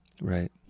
right